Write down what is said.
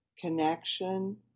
connection